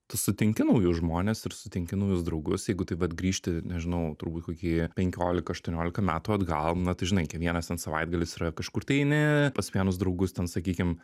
tu sutinki naujus žmones ir sutinki naujus draugus jeigu taip vat grįžti nežinau turbūt kokį penkiolika aštuoniolika metų atgal na tai žinai kiekvienas ten savaitgalis yra kažkur tai eini pas vienus draugus ten sakykim